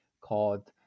called